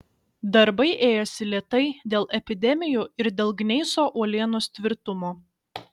darbai ėjosi lėtai dėl epidemijų ir dėl gneiso uolienos tvirtumo